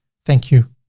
thank you.